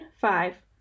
five